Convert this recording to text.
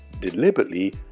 deliberately